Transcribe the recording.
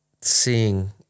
seeing